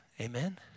Amen